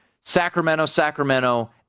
Sacramento-Sacramento